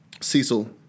Cecil